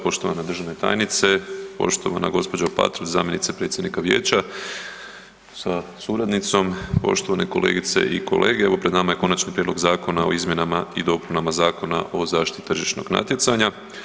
Poštovana državna tajnice, poštovana gospođo Patrlj zamjenice predsjednika vijeća sa suradnicom, poštovane kolegice i kolege evo pred nama je Konačni prijedlog Zakona o izmjenama i dopunama Zakona o zaštiti tržišnog natjecanja.